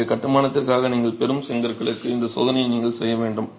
எனவே கட்டுமானத்திற்காக நீங்கள் பெறும் செங்கற்களுக்கு இந்த சோதனையை நீங்கள் செய்ய வேண்டும்